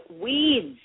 weeds